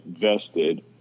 vested